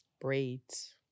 braids